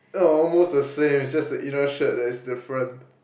uh almost the same it's just the inner shirt that is different